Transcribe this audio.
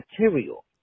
material